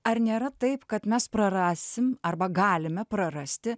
ar nėra taip kad mes prarasim arba galime prarasti